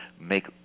make